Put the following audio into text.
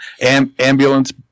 Ambulance